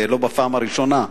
לא בפעם הראשונה,